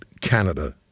Canada